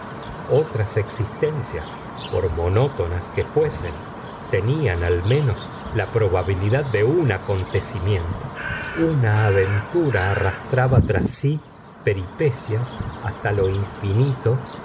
otras existencias por monotonas que fuesen tenían al menos la probabilidad de un acontecimiento una aventura arrastraba tras sí peripecias hasta lo infinito